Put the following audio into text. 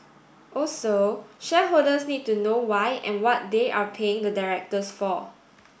also shareholders need to know why and what they are paying the directors for